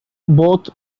both